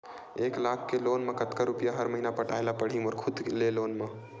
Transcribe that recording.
एक लाख के लोन मा कतका रुपिया हर महीना पटाय ला पढ़ही मोर खुद ले लोन मा?